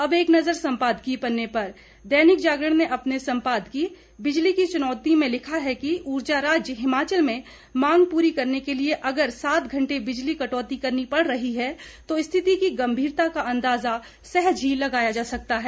अब एक नज़र सम्पादकीय पन्ने पर दैनिक जागरण ने अपने सम्पादकीय बिजली की चुनौती में लिखता है कि ऊर्जा राज्य हिमाचल में मांग पूरी करने के लिये अगर सात घंटे बिजली कटौती करनी पड़ रही है तो स्थिति की गम्भीरता का अंदाज़ा सहज ही लगाया जा सकता है